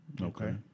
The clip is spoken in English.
Okay